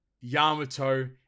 Yamato